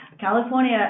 California